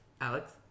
Alex